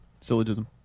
syllogism